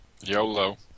YOLO